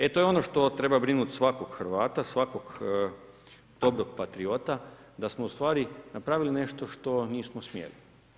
E to je ono što treba brinuti svakog Hrvata svakog … patriota, da smo ustvari napravili nešto što nismo smijali.